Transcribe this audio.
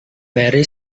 mary